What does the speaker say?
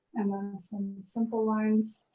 and then some simple lines.